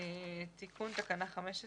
תיקון תקנה 15